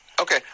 Okay